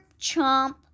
chomp